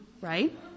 right